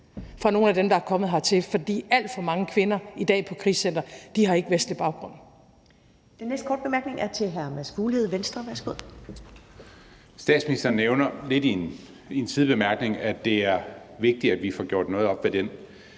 for nogle af dem, der er kommet hertil, for alt for mange kvinder på krisecentre i dag har ikkevestlig baggrund.